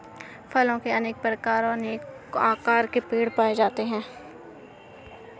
फलों के अनेक प्रकार और अनेको आकार के पेड़ पाए जाते है